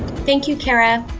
thank you kara,